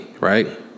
Right